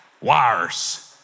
wires